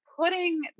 putting